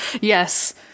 yes